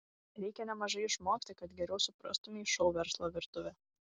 reikia nemažai išmokti kad geriau suprastumei šou verslo virtuvę